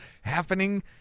happening